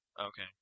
Okay